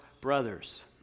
brothers